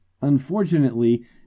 unfortunately